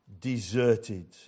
deserted